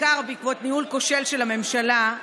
בעיקר בעקבות ניהול כושל של הממשלה,